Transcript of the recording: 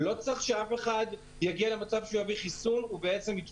לא צריך שאף אחד יגיע למצב שהוא יביא חיסון ויתפור